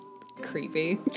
Creepy